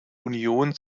union